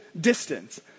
distance